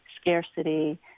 scarcity